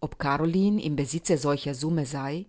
ob caroline im besitze solcher summe sei